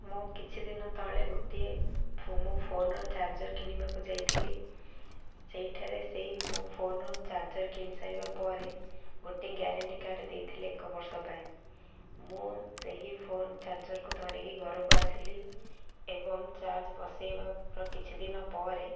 ମୁଁ କିଛି ଦିନ ତଳେ ଗୋଟିଏ ମୋ ଫୋନ୍ର ଚାର୍ଜର୍ କିଣିବାକୁ ଯାଇଥିଲି ସେଇଠାରେ ସେଇ ମୋ ଫୋନ୍ର ଚାର୍ଜର୍ କିଣି ସାରିବା ପରେ ଗୋଟେ ଗ୍ୟାରେଣ୍ଟି କାର୍ଡ଼୍ ଦେଇଥିଲେ ଏକ ବର୍ଷ ପାଇଁ ମୁଁ ସେହି ଫୋନ୍ ଚାର୍ଜର୍କୁ ଧରିକି ଘରକୁ ଆସିଲି ଏବଂ ଚାର୍ଜ୍ ବସାଇବାର କିଛି ଦିନ ପରେ